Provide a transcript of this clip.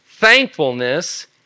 Thankfulness